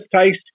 taste